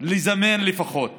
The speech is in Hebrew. לזמן לפחות